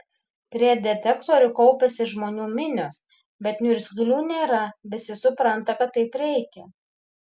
prie detektorių kaupiasi žmonių minios bet niurzglių nėra visi supranta kad taip reikia